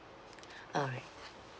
alright